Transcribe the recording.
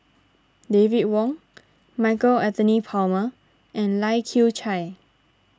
David Wong Michael Anthony Palmer and Lai Kew Chai